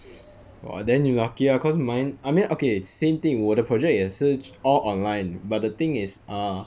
!wah! then you lucky lah cause mine I mean okay same thing 我的 project 也是全 all online but the thing is ah